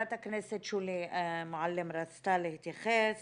חברת הכנסת שולי מועלם רצתה להתייחס